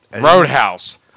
Roadhouse